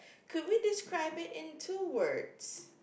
could we describe it in two words